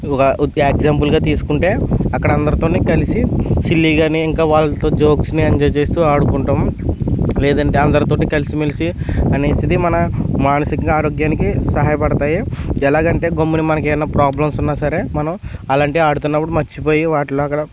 ఒక ఎగ్జాంపుల్గా తీసుకుంటే అక్కడ అందరితోని కలిసి సిల్లీ కానీ ఇంకా వాళ్ళతో జోక్స్ని ఎంజాయ్ చేస్తూ ఆడుకుంటాము లేదంటే అందరితోటి కలిసిమెలిసి అనేసి ఇది మన మానసికంగా ఆరోగ్యానికి సహాయపడతాయి ఎలాగా అంటే గమ్మున మనకి ఏమైనా ప్రాబ్లమ్స్ ఉన్నా సరే మనం అలాంటివి ఆడుతున్నప్పుడు మరచిపోయి వాటిలో అక్కడ